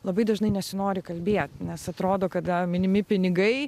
labai dažnai nesinori kalbėt nes atrodo kada minimi pinigai